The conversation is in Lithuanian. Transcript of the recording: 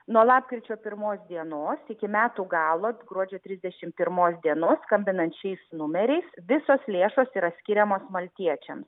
nuo lapkričio pirmos dienos iki metų galo gruodžio trisdešim pirmos dienos skambinant šiais numeriais visos lėšos yra skiriamos maltiečiam